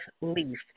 leaf